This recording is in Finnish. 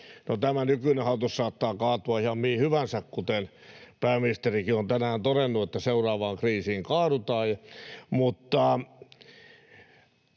tämä nykyinen hallitus saattaa kaatua ihan mihin hyvänsä, kun pääministerikin on tänään todennut, että seuraavaan kriisiin kaadutaan.